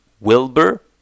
Wilbur